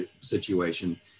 situation